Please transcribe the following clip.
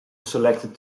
selected